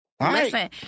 Listen